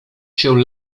się